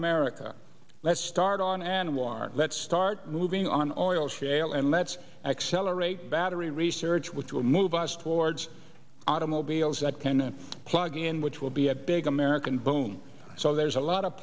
america let's start on anwar let's start moving on oil shale and let's accelerate battery research which will move us towards automobiles that can plug in which will be a big american boom so there's a lot of